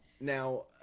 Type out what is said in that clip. Now